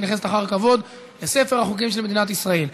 ונכנסת אחר כבוד לספר החוקים של מדינת ישראל.